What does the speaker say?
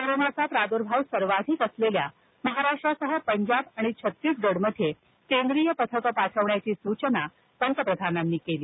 कोरोनाचा प्रादूर्भाव सर्वाधिक असलेल्या महाराष्ट्रासह पंजाब आणि छत्तीसगडमध्ये केंद्रीय पथकं पाठवण्याची सूचना पंतप्रधानांनी केली